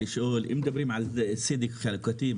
אם מדברים על צדק חלוקתי,